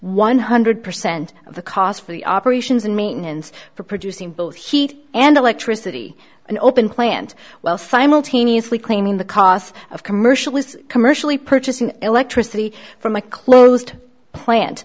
one hundred percent of the cost for the operations and maintenance for producing both heat and electricity and open plant well simultaneously claiming the cost of commercial was commercially purchased an electricity from a closed plant